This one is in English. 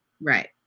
Right